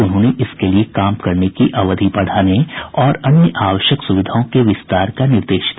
उन्होंने इसके लिए काम करने की अवधि बढ़ाने और अन्य जरूरी सुविधाओं के विस्तार का निर्देश दिया